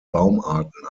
baumarten